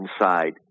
inside